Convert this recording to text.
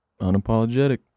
unapologetic